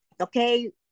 okay